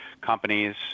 Companies